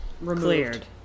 removed